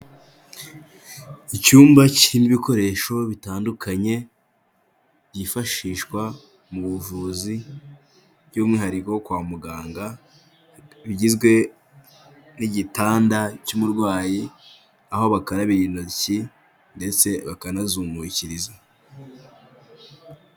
Icyumba kirimo ibikoresho bitandukanye byifashishwa mu buvuzi by'umwihariko kwa muganga bigizwe n'igitanda cy'umurwayi, aho bakarabira intoki ndetse bakanazumukiriza.